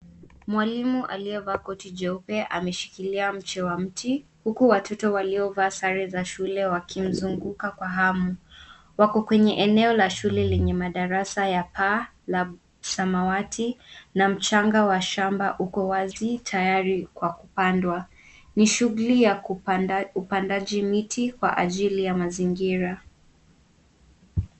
Mwalimu aliyevaa koti jeupe ameshikilia mche wa mti huku watoto waliovaa sare za shule wakimzunguka kwa hamu. Wako kwenye eneo la shule lenye madarasa ya paa ya samawati na mchanga wa shamba uko wazi tayari kwa kupanda. Ni shughuli ya upandaji miti kwa ajili ya mazingira.